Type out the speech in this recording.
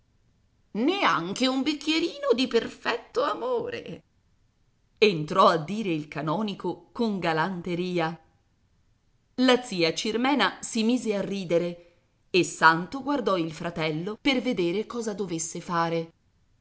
neanche un bicchierino di perfetto amore entrò a dire il canonico con galanteria la zia cirmena si mise a ridere e santo guardò il fratello per vedere cosa dovesse fare